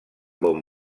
bon